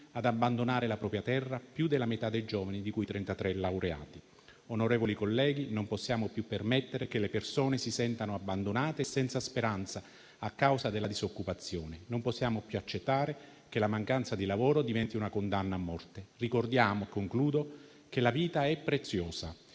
ad abbandonare la propria terra, più della metà giovani, di cui il 33 per cento laureati. Onorevoli colleghi, non possiamo più permettere che le persone si sentano abbandonate e senza speranza a causa della disoccupazione. Non possiamo più accettare che la mancanza di lavoro diventi una condanna a morte. Ricordiamo che la vita è preziosa